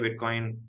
bitcoin